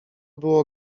było